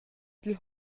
dil